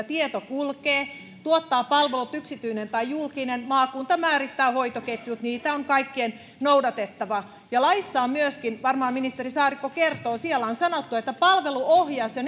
tieto kulkee ja tuottaa palvelut yksityinen tai julkinen maakunta määrittää hoitoketjut sitä on kaikkien noudatettava ja laissa myöskin varmaan ministeri saarikko kertoo on sanottu että palveluohjaus ja